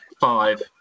Five